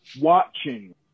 watching